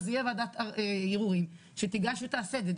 אז יהיה ועדת ערעורים שתיגש ותעשה את זה.